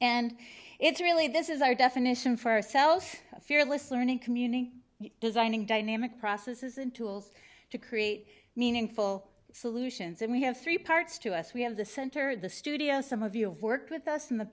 and it's really this is our definition for ourselves fearless learning community designing dynamic process is an tools to create meaningful solutions and we have three parts to us we have the center of the studio some of you have worked with us in the